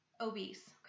obese